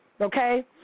okay